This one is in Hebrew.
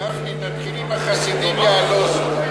גפני, תתחיל עם החסידים יעלוזו.